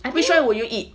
which one would you eat